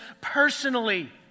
personally